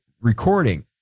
recording